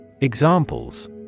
Examples